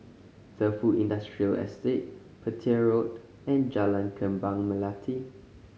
Defu Industrial Estate Petir Road and Jalan Kembang Melati